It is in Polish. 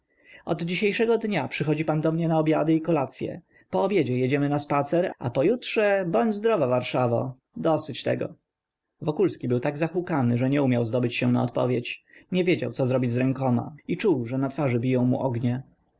od dzisiejszego dnia przychodzi pan do mnie na obiady i kolacye po obiedzie jedziemy na spacer a pojutrze bądź zdrowa warszawo dosyć tego wokulski był tak zahukany że nie umiał zdobyć się na odpowiedź nie wiedział co zrobić z rękoma i czuł że na twarz biją mu ognie